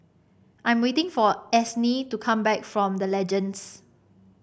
I'm waiting for Ansley to come back from The Legends